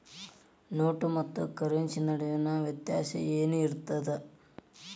ನೋಟ ಮತ್ತ ಕರೆನ್ಸಿ ನಡುವಿನ ವ್ಯತ್ಯಾಸ ಏನಿರ್ತದ?